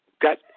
got